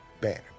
banner